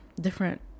different